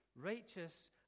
righteous